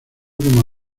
como